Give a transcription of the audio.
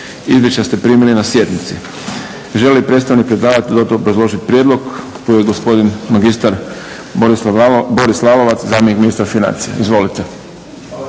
Izvješća ste primili na sjednici. Želi li predstavnik predlagatelja dodatno obrazložiti prijedlog? Tu je gospodin magistar Boris Lalovac zamjenik ministra financija. Izvolite.